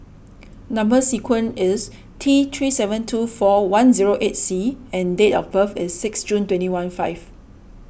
Number Sequence is T three seven two four one zero eight C and date of birth is six June twenty one five